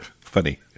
Funny